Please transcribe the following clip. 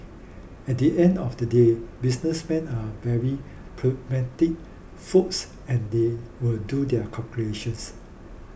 at the end of the day businessmen are very pragmatic folks and they will do their calculations